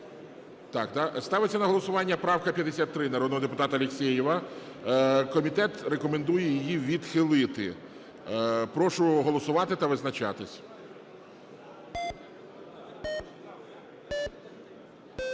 Так? Ставиться на голосування правка 53 народного депутата Алєксєєва. Комітет рекомендує її відхилити. Прошу голосувати та визначатися.